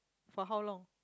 for how long